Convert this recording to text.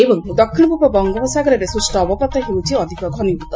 ଏବଂ ଦକ୍ଷିଣପୂର୍ବ ବଙ୍ଗୋପସାଗରରେ ସୂଷ ଅବପାତ ହେଉଛି ଅଧିକ ଘନୀଭୂତ